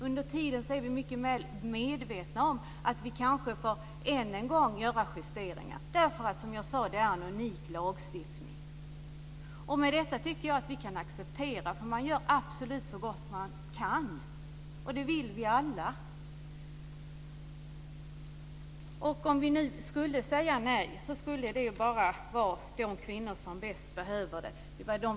Under tiden är man mycket väl medveten om att man kanske än en gång får göra justeringar, eftersom det, som jag sade, är en unik lagstiftning. Det här tycker jag att vi kan acceptera, eftersom man gör så gott man kan. Det här vill vi alla. Om vi skulle säga nej till det här skulle det drabba de utsatta kvinnor som bäst behöver det.